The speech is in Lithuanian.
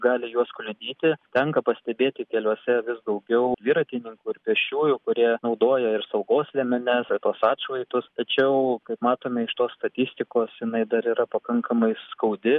gali juos kliudyti tenka pastebėti keliuose vis daugiau dviratininkų ir pėsčiųjų kurie naudoja ir saugos liemenes ir tuos atšvaitus tačiau kaip matome iš tos statistikos jinai dar yra pakankamai skaudi